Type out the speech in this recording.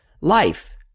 life